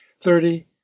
Thirty